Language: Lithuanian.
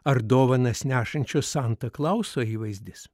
ar dovanas nešančio santa klauso įvaizdis